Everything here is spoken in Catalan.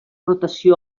rotació